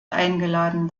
eingeladen